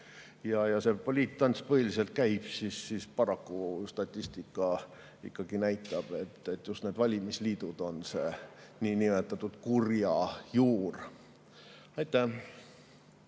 ja see poliittants põhiliselt käib, siis paraku statistika näitab, et just valimisliidud on see niinimetatud kurjajuur. Rain